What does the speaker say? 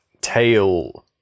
tail